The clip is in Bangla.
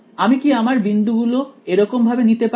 আমি কি আমার বিন্দুগুলো এরকম ভাবে নিতে পারি